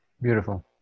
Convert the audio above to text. beautiful